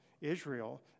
Israel